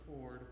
ford